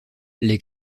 les